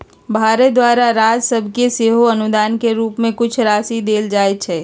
भारत द्वारा राज सभके सेहो अनुदान के रूप में कुछ राशि देल जाइ छइ